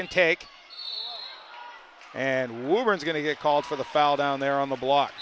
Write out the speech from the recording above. and take and we're going to get called for the foul down there on the block